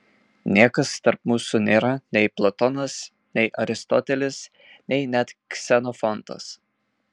niekas tarp mūsų nėra nei platonas nei aristotelis nei net ksenofontas